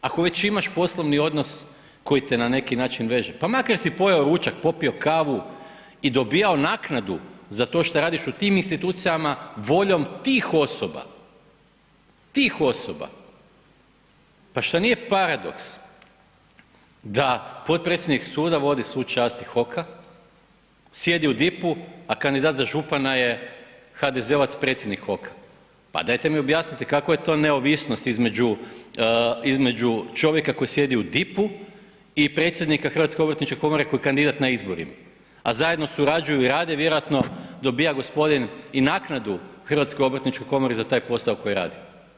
Ako već imaš poslovni odnos koji te na neki način veže pa makar pojeo si ručak, popio kavu i dobivao naknadu za to šta radiš u tim institucijama, voljom tih osoba, pa šta nije paradoks da potpredsjednik suda vodi svu čast HOK-a, sjedi u DIP-u a kandidat za župana je HDZ-ovac, predsjednik HOK-a. pa dajte mi objasnite kakva je to neovisnost između čovjeka koji sjedi u DIP-u i predsjednika HOK-a koji je kandidat na izborima a zajedno surađuju i rade, vjerojatno dobiva gospodin i naknadu HOK-a za taj posao koji radi.